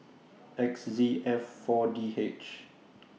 X Z F four D H